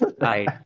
Right